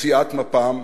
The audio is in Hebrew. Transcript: סיעת מפ"ם,